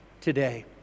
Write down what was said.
today